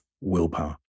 willpower